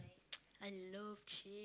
I love cheese